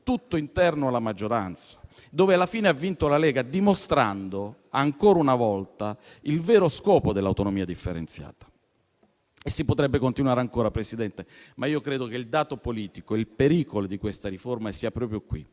tutto interno alla maggioranza, dove alla fine ha vinto la Lega, dimostrando ancora una volta il vero scopo dell'autonomia differenziata. Si potrebbe continuare ancora, Presidente, ma io credo che il dato politico, il pericolo di questa riforma sia proprio qui: